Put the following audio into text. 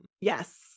Yes